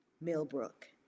Millbrook